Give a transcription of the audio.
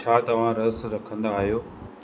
छा तव्हां रस रखंदा आहियो